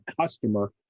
customer